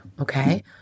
okay